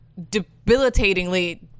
debilitatingly